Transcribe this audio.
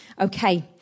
Okay